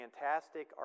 fantastic